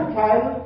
child